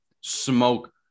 smoke